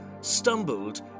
stumbled